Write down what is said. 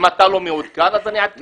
אם אתה לא מעודכן אז אני מעדכן אותך.